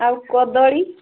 ଆଉ କଦଳୀ